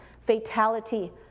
fatality